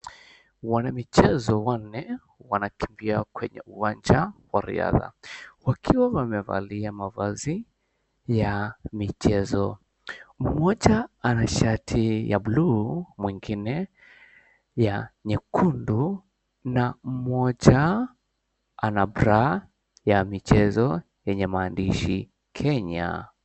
Wana michezo wanne wanakimbia kwenye uwanja wa riadha wakiwa wamevalia mavazi ya michezo mmoja ana shati ya bluu, mwingine ya nyekundu na mmoja ana bra ya michezo yenye maandishi Kenya.